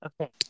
Okay